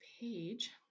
PAGE